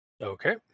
okay